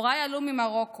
הוריי עלו ממרוקו.